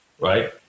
right